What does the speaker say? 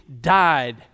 died